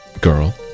girl